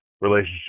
relationship